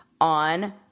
on